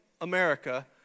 America